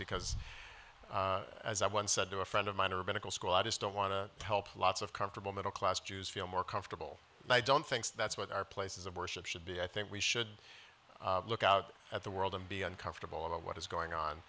because as i once said to a friend of mine or medical school i just don't want to help lots of comfortable middle class jews feel more comfortable and i don't think that's what our places of worship should be i think we should look out at the world and be uncomfortable about what is going on